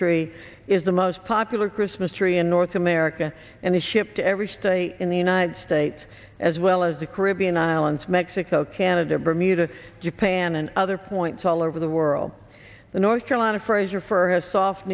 tree is the most popular christmas tree in north america and shipped every state in the united states as well as the caribbean islands mexico canada bermuda japan and other points all over the world the north carolina fraser for his soft